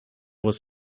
was